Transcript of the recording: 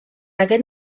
aquest